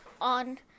on